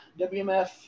WMF